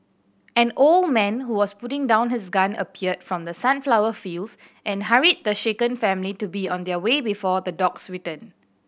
an old man who was putting down his gun appeared from the sunflower fields and hurried the shaken family to be on their way before the dogs return